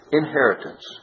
inheritance